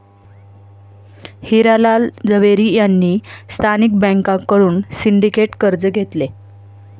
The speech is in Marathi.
हिरा लाल झवेरी यांनी स्थानिक बँकांकडून सिंडिकेट कर्ज घेतले